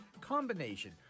combination